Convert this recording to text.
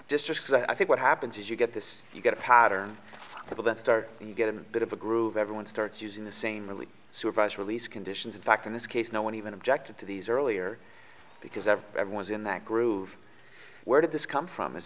districts i think what happens is you get this you get a pattern of that start you get a bit of a groove everyone starts using the same early supervised release conditions in fact in this case no one even objected to these earlier because every everyone's in that groove where did this come from is